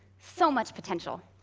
so much potential.